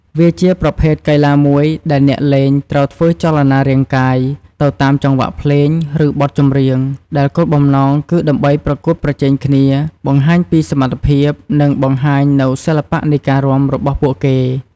វាជាប្រភេទកីឡាមួយដែលអ្នកលេងត្រូវ ធ្វើចលនារាងកាយ ទៅតាម ចង្វាក់ភ្លេង ឬបទចម្រៀង ដែលគោលបំណងគឺ ដើម្បីប្រកួតប្រជែងគ្នា បង្ហាញពីសមត្ថភាព និង បង្ហាញនូវសិល្បៈនៃការរាំ របស់ពួកគេ។